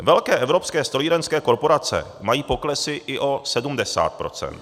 Velké evropské strojírenské korporace mají poklesy i o 70 %.